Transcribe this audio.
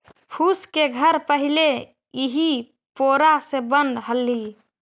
फूस के घर पहिले इही पोरा से बनऽ हलई